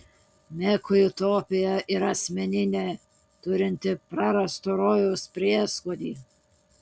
mekui utopija yra asmeninė turinti prarasto rojaus prieskonį